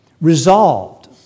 resolved